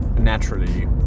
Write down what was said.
naturally